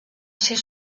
ser